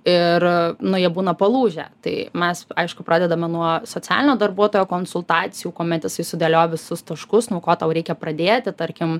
ir nu jie būna palūžę tai mes aišku pradedame nuo socialinio darbuotojo konsultacijų kuomet jisai sudėlioja visus taškus nuo ko tau reikia pradėti tarkim